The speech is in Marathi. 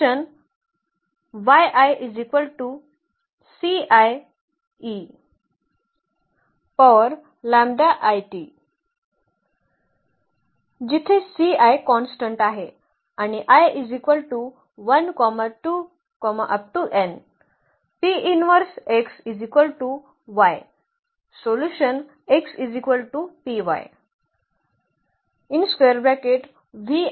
जिथे कॉन्स्टंट आहे आणि